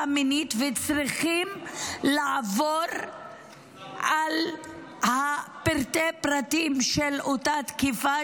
מינית וצריכים לעבור על פרטי הפרטים של אותה תקיפה,